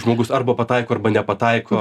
žmogus arba pataiko arba nepataiko